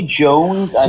jones